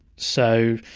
so,